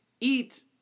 eat